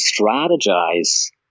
strategize